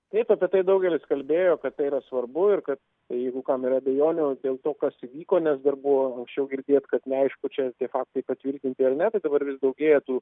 taip apie tai daugelis kalbėjo kad tai yra svarbu ir kad jeigu kam yra abejonių dėl to kas įvyko nes dar buvo anksčiau girdėt kad neaišku čia tie faktai patvirtinti ar ne tai dabar vis daugėja tų